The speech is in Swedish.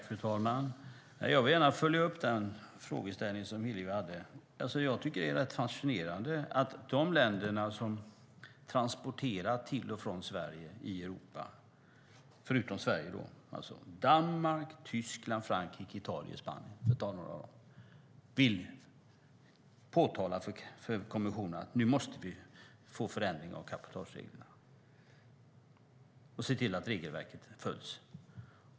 Fru talman! Jag vill gärna följa upp den frågeställning som Hillevi hade. Jag tycker att det är rätt fascinerande att de länder som transporterar till och från Sverige i Europa - förutom Sverige, då - det vill säga Danmark, Tyskland, Frankrike, Italien och Spanien, för att ta några, vill påtala för kommissionen att man måste få en förändring av cabotagereglerna och se till att regelverket följs.